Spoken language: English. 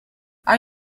are